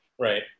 right